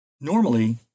Normally